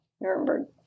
Nuremberg